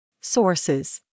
Sources